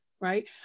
right